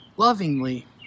lovingly